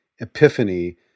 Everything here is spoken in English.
epiphany